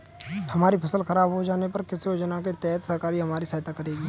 हमारी फसल खराब हो जाने पर किस योजना के तहत सरकार हमारी सहायता करेगी?